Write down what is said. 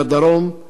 מהמרכז.